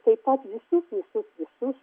taip pat visus visus visus